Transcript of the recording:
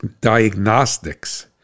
diagnostics